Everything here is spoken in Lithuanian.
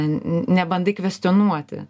nebandai kvestionuoti